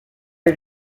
did